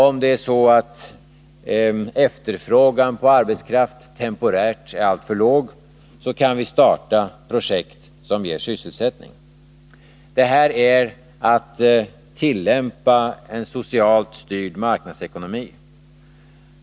Om det är så att efterfrågan på arbetskraft temporärt är alltför låg, kan vi starta projekt som ger sysselsättning. Detta är att tillämpa en socialt styrd marknadsekonomi.